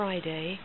Friday